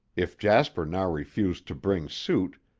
if jasper now refused to bring suit,